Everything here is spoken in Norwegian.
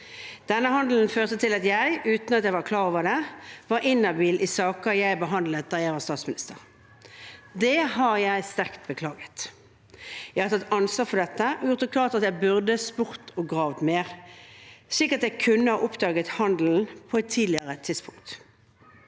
Denne handelen førte til at jeg uten å være klar over det var inhabil i saker jeg behandlet da jeg var statsminister. Det har jeg sterkt beklaget. Jeg har tatt ansvar for dette og gjort det klart at jeg burde spurt og gravd mer, slik at jeg kunne ha oppdaget handelen på et tidligere tidspunkt.